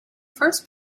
first